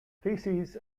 faces